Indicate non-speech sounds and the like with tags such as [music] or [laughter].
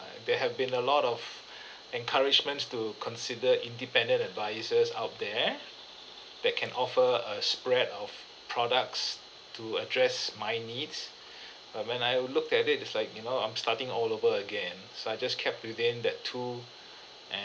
there have been a lot of [breath] encouragements to consider independent advisers out there that can offer a spread of products to address my needs [breath] but when I looked at it it's like you know I'm starting all over again so I just kept within that two [breath] and